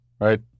right